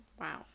wow